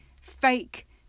fake